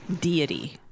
deity